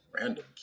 Random